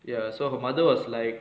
ya so her mother was like